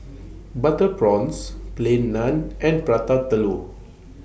Butter Prawns Plain Naan and Prata Telur